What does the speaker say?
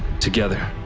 together